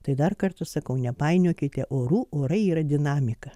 tai dar kartą sakau nepainiokite orų orai yra dinamika